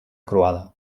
croada